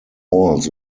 walls